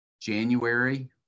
January